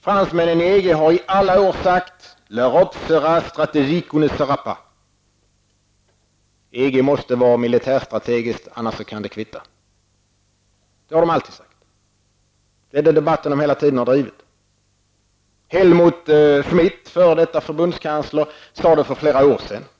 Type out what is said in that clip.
Fransmännen i EG har i alla år sagt: ''L Europe sera stratégique ou ne sera pas'', dvs. EG måste vara militärstrategiskt, annars kan det kvitta. Det är den debatten de hela tiden har drivit. Helmut Schmidt, f.d. förbundskansler, sade det för flera år sedan.